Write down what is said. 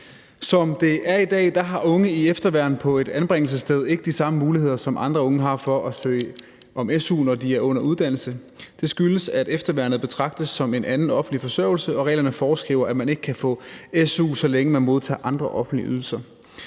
Som det er i dag, har unge i efterværn på et anbringelsessted ikke de samme muligheder, som andre unge har, for at søge om su, når de er under uddannelse. Det skyldes, at efterværnet betragtes som en anden offentlig forsørgelse, og reglerne foreskriver, at man ikke kan få su, så længe man modtager andre offentlige ydelser.